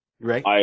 Right